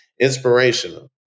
inspirational